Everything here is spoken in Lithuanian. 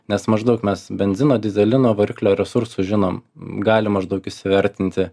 nes maždaug mes benzino dyzelino variklio resursų žinom galim maždaug įsivertinti